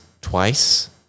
twice